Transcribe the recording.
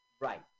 Right